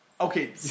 Okay